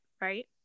right